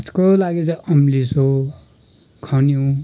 घाँसको लागि चाहिँ अम्लिसो खन्यु